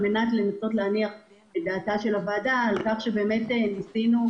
על מנת להניח את דעתה של הוועדה לגבי כך שבאמת ניסינו,